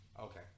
okay